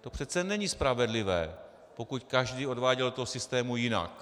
To přece není spravedlivé, pokud každý odváděl do toho systému jinak.